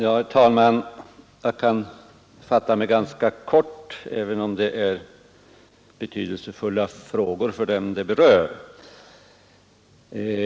Herr talman! Jag kan fatta mig ganska kort, även om detta är betydelsefulla frågor för dem det berör.